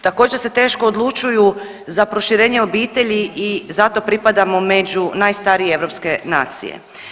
Također se teško odlučuju za proširenje obitelji i zato pripadamo među najstarije europske nacije.